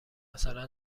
مثلا